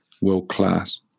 world-class